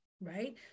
right